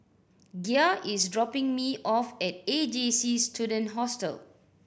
Gia is dropping me off at A J C Student Hostel